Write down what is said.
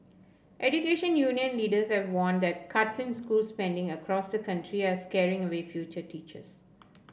education union leaders have warned that cuts in school spending across the country are scaring away future teachers